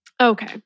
Okay